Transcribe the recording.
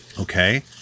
Okay